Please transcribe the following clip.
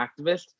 activist